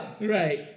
Right